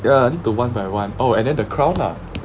ya I need to one by one oh and then the crown lah